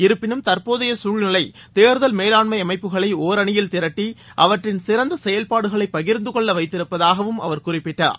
இருப்பினும் தற்போதையசூழ்நிலைதேர்தல் மேலாண்மைஅமைப்புகளைஒரணியில் திரட்டி அவற்றின் சிறந்தசெயல்பாடுகளைபகிர்ந்தகொள்ளவைத்திருப்பதாகவும் அவர் குறிப்பிட்டார்